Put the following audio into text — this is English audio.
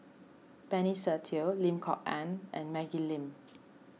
Benny Se Teo Lim Kok Ann and Maggie Lim